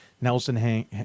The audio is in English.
Nelson